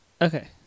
okay